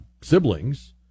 siblings